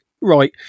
right